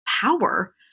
power